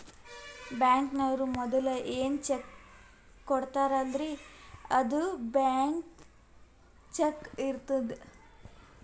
ಬ್ಯಾಂಕ್ನವ್ರು ಮದುಲ ಏನ್ ಚೆಕ್ ಕೊಡ್ತಾರ್ಲ್ಲಾ ಅದು ಬ್ಲ್ಯಾಂಕ್ ಚಕ್ಕೇ ಇರ್ತುದ್